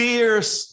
Fierce